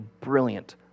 brilliant